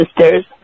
Sisters